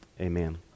Amen